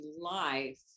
life